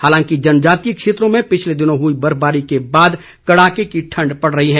हालांकि जनजातीय क्षेत्रों में पिछले दिनों हुई बर्फबारी के बाद कड़ाके की ठंड पड़ रही है